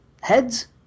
heads